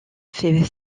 fait